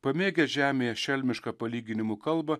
pamėgęs žemėje šelmišką palyginimų kalbą